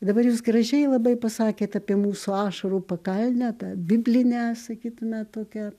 dabar jūs gražiai labai pasakėt apie mūsų ašarų pakalnę tą biblinę sakytume tokią